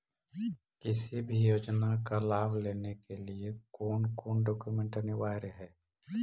किसी भी योजना का लाभ लेने के लिए कोन कोन डॉक्यूमेंट अनिवार्य है?